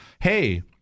hey